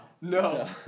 No